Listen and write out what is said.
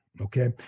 okay